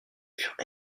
furent